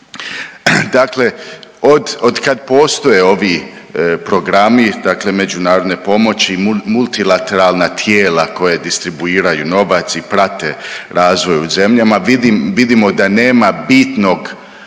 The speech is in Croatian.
Dakle, od kad postoje ovi programi međunarodni pomoći multilateralna tijela koja distribuiraju novac i prate razvoj u zemljama vidimo da nema bitnog